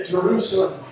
Jerusalem